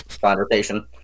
conversation